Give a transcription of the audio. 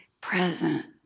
present